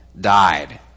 died